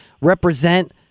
represent